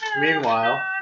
Meanwhile